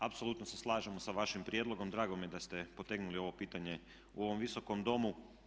Apsolutno se slažemo sa vašim prijedlogom, drago mi je da ste potegnuli ovo pitanje u ovom visokom Domu.